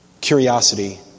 curiosity